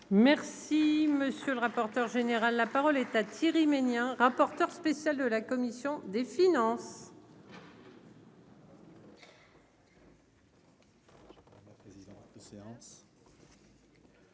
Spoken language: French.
Merci, monsieur le rapporteur général, la parole est à Thierry Mégnien, rapporteur spécial de la commission des finances.